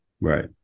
Right